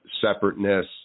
separateness